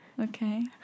Okay